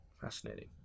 fascinating